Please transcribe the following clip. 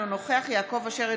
אינו נוכח יעקב אשר,